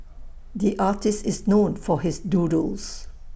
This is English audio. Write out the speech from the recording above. the artist is known for his doodles